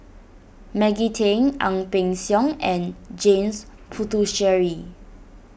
Maggie Teng Ang Peng Siong and James Puthucheary